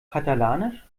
katalanisch